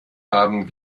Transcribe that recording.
haben